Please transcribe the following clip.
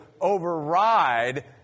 override